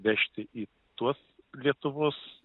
vežti į tuos lietuvos